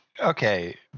Okay